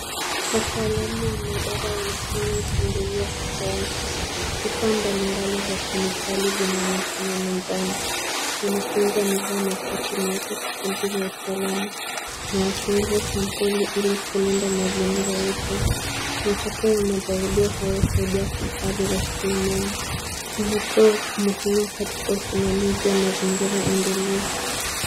Wataalamu wa mmaabara wanafanya uchunguzi wa kisayansi .Vifaa mbalimbali vya kemikali vinaonekana mezani mwanafunzi amevaa makoti meupe kwa ajili ya usalama wanachunguza sampuli ili kulinda mazingira yetu. Matokeo ya majaribio hayo husaidia kuhifadhi rasilimali, ni hatua muhimu katika usimamizi wa mazingira endelevu.